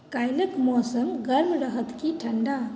काल्हिक मौसम गर्म रहत की ठण्डा